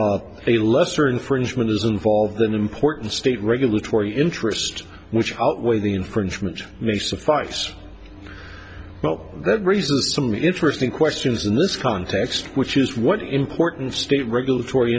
a lesser infringement is involved an important state regulatory interest which outweigh the infringement may suffice well that raises some interesting questions in this context which is what important state regulatory